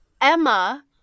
Emma